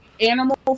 animal